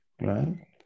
right